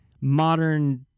modern